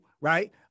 right